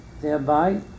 thereby